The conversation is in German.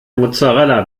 mozzarella